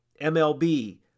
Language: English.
MLB